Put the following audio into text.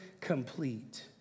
complete